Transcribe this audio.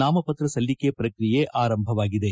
ನಾಮಪತ್ರ ಸಲ್ಲಿಕೆ ಪ್ರಕ್ರಿಯೆ ಆರಂಭವಾಗಿದೆ